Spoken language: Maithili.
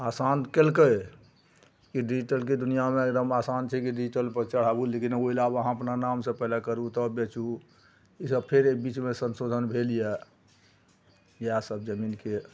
आसान केलकै ई डिजिटलके दुनिआँमे एगदम आसान छै कि डिजिटलपर चढ़ाबू लेकिन ओहिले अहाँ अपना नामसे पहिले करू तब बेचू ईसब फेर एहि बीचमे सँशोधन भेल यऽ इएहसब जमीनके